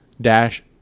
dash